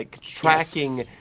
tracking